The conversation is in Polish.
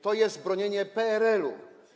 To jest bronienie PRL-u.